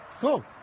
Cool